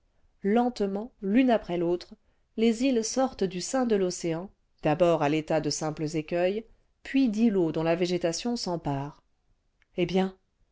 lentement l'une après l'autre les îles sortent du sein de l'océan d'abord à l'état de simjdles'écuens prds'd'îlots dont la végétation s'empare eh bien